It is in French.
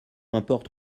importe